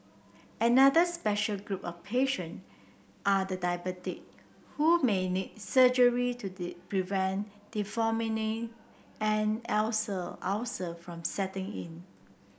another special group of patient are the diabetic who may need surgery to prevent and ulcer from setting in